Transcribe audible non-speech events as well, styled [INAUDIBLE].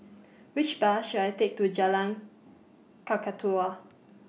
[NOISE] Which Bus should I Take to Jalan Kakatua